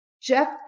jeff